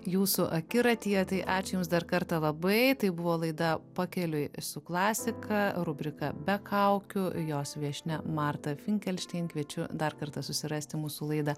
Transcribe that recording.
jūsų akiratyje tai ačiū jums dar kartą labai tai buvo laida pakeliui su klasika rubrika be kaukių jos viešnia marta finkelštein kviečiu dar kartą susirasti mūsų laidą